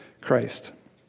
Christ